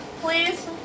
Please